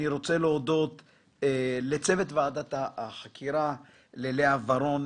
אני רוצה להודות לצוות ועדת החקירה - ללאה ורון,